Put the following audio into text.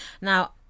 Now